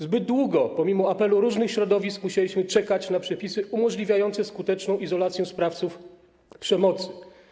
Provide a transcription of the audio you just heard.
Zbyt długo, pomimo apelu różnych środowisk, musieliśmy czekać na przepisy umożliwiające skuteczną izolację sprawców przemocy.